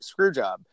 Screwjob